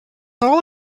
all